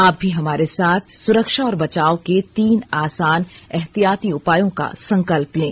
आप भी हमारे साथ सुरक्षा और बचाव के तीन आसान एहतियाती उपायों का संकल्प लें